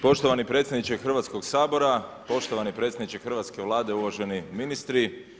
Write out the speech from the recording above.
Poštovani predsjedniče Hrvatskog sabora, poštovani predsjedniče hrvatske Vlade, uvaženi ministri.